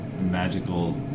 magical